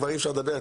כבר אי-אפשר לדבר,